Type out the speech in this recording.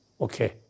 okay